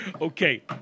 Okay